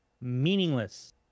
meaningless